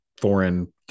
foreign